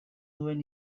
duen